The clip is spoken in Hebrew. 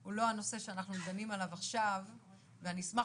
הוא לא הנושא שאנחנו דנים עליו עכשיו ואני אשמח